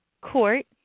Court